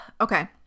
Okay